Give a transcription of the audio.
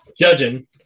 judging